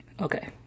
okay